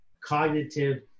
cognitive